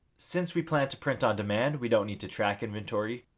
since we plan to print on demand, we don't need to track inventory.